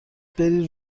بری